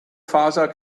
father